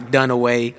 Dunaway